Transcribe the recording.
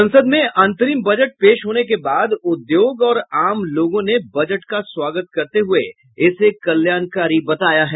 संसद में अंतरिम बजट पेश होने के बाद उद्योग और आम लोगों ने बजट का स्वागत करते हुये इसे कल्याणकारी बताया है